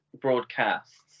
broadcasts